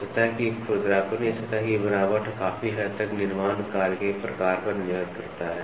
सतह की खुरदरापन या सतह की बनावट काफी हद तक निर्माण कार्य के प्रकार पर निर्भर करती है